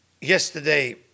yesterday